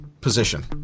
position